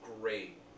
great